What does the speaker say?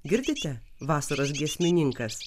girdite vasaros giesmininkas